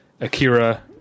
Akira